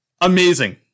Amazing